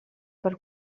per